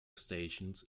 stations